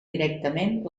directament